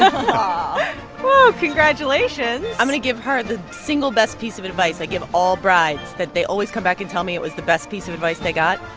um congratulations i'm going to give her the single best piece of advice i give all brides that they always come back and tell me it was the best piece of advice they got.